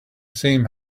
same